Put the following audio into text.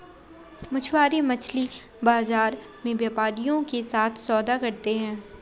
मछुआरे मछली बाजार में व्यापारियों के साथ सौदा कर सकते हैं